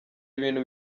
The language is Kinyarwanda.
ibintu